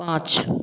पाँच